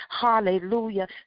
hallelujah